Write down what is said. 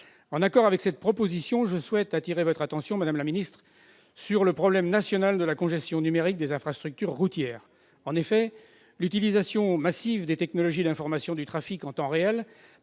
En accord avec cette proposition, je souhaite attirer votre attention, madame la ministre, sur le problème national de la congestion numérique des infrastructures routières. En effet, l'utilisation massive des technologies d'information du trafic en temps réel